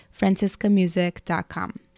franciscamusic.com